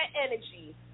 energy